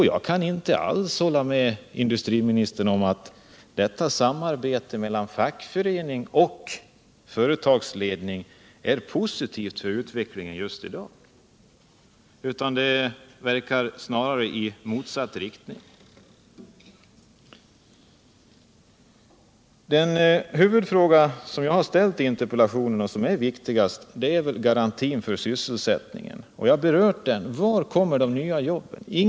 Jag kan inte alls hålla med industriministern om att detta samarbete mellan fackförening och företagsledning är positivt för utvecklingen i dag. Det är snarare tvärtom. Huvudfrågan i min interpellation gäller garantin för sysselsättningen och jag har redan berört den. Var kommer de nya jobben att skapas?